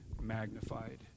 magnified